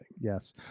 Yes